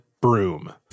broom